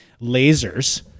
lasers